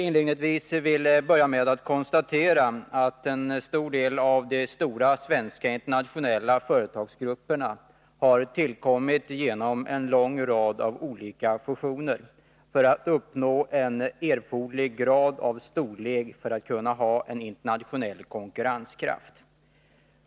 Inledningsvis vill jag konstatera att en stor del av de svenska internationella företagsgrupperna har tillkommit genom en lång rad av olika fusioner för att uppnå erforderlig grad av storlek för att kunna ha en internationell konkurrenskraft.